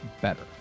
better